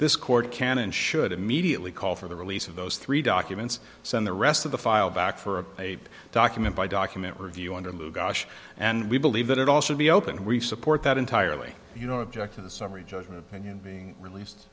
this court can and should immediately call for the release of those three documents send the rest of the file back for a document by document review under move gosh and we believe that it also be open and we support that entirely you know object to the summary judgment and you know being released